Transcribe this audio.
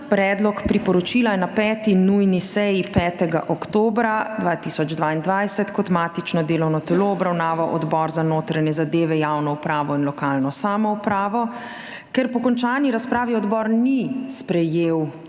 Predlog priporočila je na 5. nujni seji, 5. oktobra 2022, kot matično delovno telo obravnaval Odbor za notranje zadeve, javno upravo in lokalno samoupravo. Ker po končani razpravi odbor ni sprejel